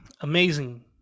amazing